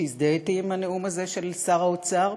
שהזדהיתי עם הנאום הזה של שר האוצר.